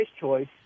choice